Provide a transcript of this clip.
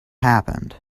happened